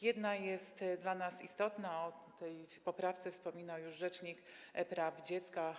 Jedna z nich jest dla nas istotna, o tej poprawce wspominał już rzecznik praw dziecka.